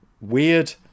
Weird